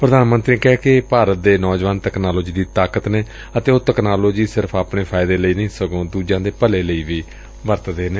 ਪ੍ਰਧਾਨ ਮੰਤਰੀ ਨੇ ਕਿਹਾ ਕਿ ਭਾਰਤ ਦੇ ਨੌਜਵਾਨ ਤਕਨਾਲੋਜੀ ਦੀ ਤਾਕਤ ਨੇ ਅਤੇ ਉਹ ਤਕਨਾਲੋਜੀ ਸਿਰਫ਼ ਆਪਣੇ ਫਾਇਦੇ ਲਈ ਨਹੀਂ ਸਗੋਂ ਦੂਜਿਆਂ ਦੇ ਭਲੇ ਲਈ ਵੀ ਵਰਤਦੇ ਨੇ